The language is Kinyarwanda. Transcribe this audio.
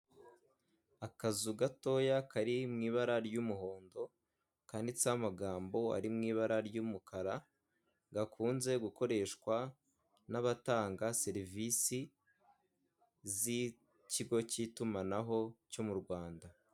Akazu gatoya kari mu ibara ry'umuhondo kanditseho amagambo ari mu ibara ry'umukara, gakunze gukoreshwa n'abatanga serivisi z'ikigo cy'itumanaho cyo mu Rwanda.